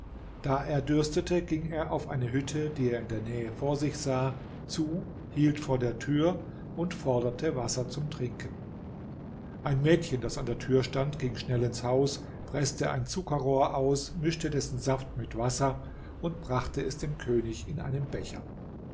da er dürstete ging er auf eine hütte die er in der nähe vor sich sah zu hielt vor der tür und forderte wasser zum trinken ein mädchen das an der tür stand ging schnell ins haus preßte ein zuckerrohr aus mischte dessen saft mit wasser und brachte es dem könig in einem becher